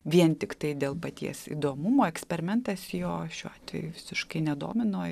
vien tiktai dėl paties įdomumo eksperimentas jo šiuo atveju visiškai nedomino